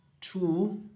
two